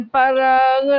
parang